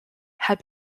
had